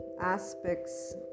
aspects